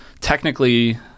Technically